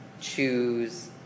choose